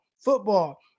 football